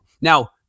Now